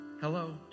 Hello